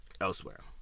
elsewhere